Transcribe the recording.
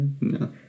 No